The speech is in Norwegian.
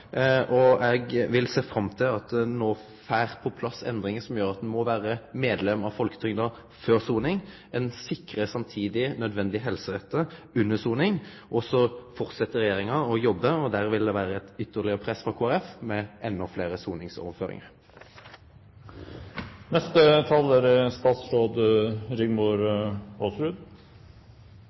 fram til at ein no får på plass endringar som gjer at ein må vere medlem av folketrygda før soning. Ein sikrar samtidig nødvendige helserettar under soning. Så skal regjeringa fortsetje å jobbe – og her vil det vere eit ytterlegare press frå Kristeleg Folkeparti – med å få endå fleire